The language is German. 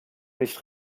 nicht